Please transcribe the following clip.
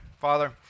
Father